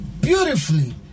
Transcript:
beautifully